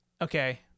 Okay